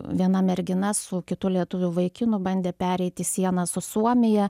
viena mergina su kitu lietuviu vaikinu bandė pereiti sieną su suomija